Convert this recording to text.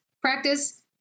practice